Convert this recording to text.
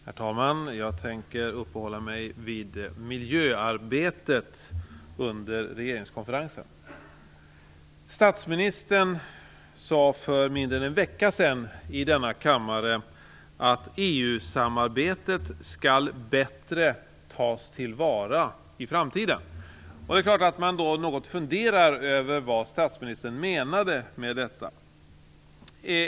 Herr talman! Jag tänker uppehålla mig vid miljöarbetet under regeringskonferensen. Statsministern sade, för mindre än en vecka sedan, i denna kammare att EU-samarbetet bättre skall tas till vara i framtiden. Självfallet funderar man något över vad statsministern menade med detta.